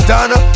Donna